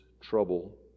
trouble